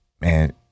man